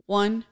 one